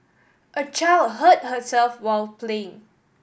a child hurt herself while playing